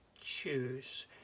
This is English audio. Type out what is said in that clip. choose